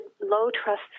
low-trust